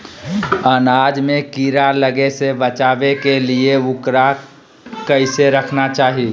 अनाज में कीड़ा लगे से बचावे के लिए, उकरा कैसे रखना चाही?